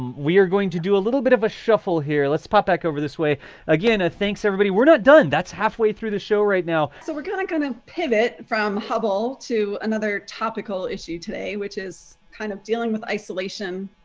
going to do a little bit of a shuffle here. let's pop back over this way again. again ah thanks, everybody. we're not done. that's halfway through the show right now. so we're going going to pivot from hubble to another topical issue today, which is kind of dealing with isolation.